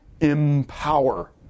empower